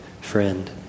friend